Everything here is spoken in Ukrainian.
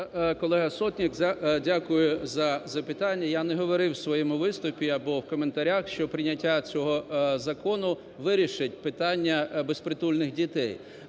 колега Сотник, дякую за запитання. Я не говорив у своєму виступі або в коментарях, що прийняття цього закону вирішить питання безпритульних дітей,